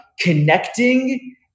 connecting